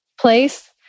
place